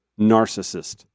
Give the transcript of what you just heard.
narcissist